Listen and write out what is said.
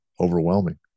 overwhelming